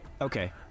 okay